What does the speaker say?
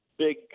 Big